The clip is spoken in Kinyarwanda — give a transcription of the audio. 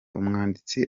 umwanditsi